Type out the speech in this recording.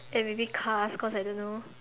and maybe cars cause I don't know